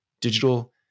digital